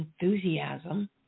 enthusiasm